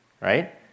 right